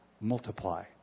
multiply